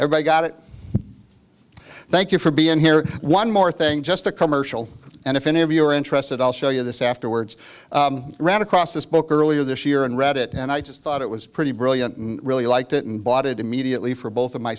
everybody got it thank you for being here one more thing just a commercial and if any of you are interested i'll show you this afterwards ran across this book earlier this year and read it and i just thought it was pretty brilliant and really liked it and bought it immediately for both of my